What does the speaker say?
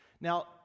Now